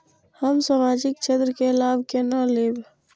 हम सामाजिक क्षेत्र के लाभ केना लैब?